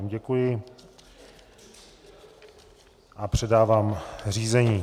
Děkuji vám a předávám řízení.